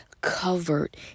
covered